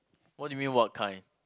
what do you mean what kind